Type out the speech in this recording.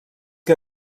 que